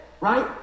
right